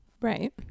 Right